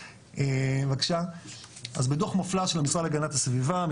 אז בדו"ח מפלס של המשרד להגנת הסביבה הוא